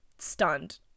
stunned